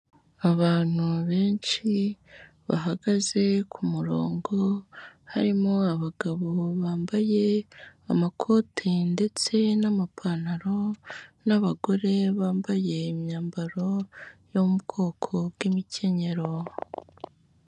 Abantu benshi bahagaze ku murongo, harimo abagabo bambaye amakote ndetse n'amapantaro n'abagore bambaye imyambaro yo mu bwoko bw'imikenyero.